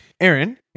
Aaron